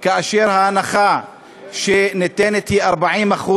כאשר ההנחה שניתנת היא 40%,